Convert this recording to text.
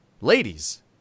ladies